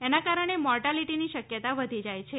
એના કારણે મોર્ટાલિટીની શક્યતા વધી જાય છે